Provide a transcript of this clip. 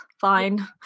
fine